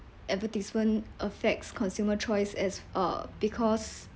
advertisement affects consumer choice as uh because